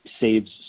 saves